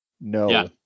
No